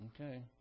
Okay